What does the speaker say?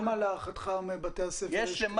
להערכתך בכמה מבתי הספר זה מופעל?